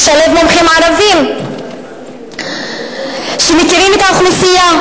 לשלב מומחים ערבים שמכירים את האוכלוסייה,